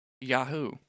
yahoo